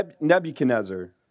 Nebuchadnezzar